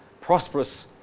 prosperous